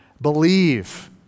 believe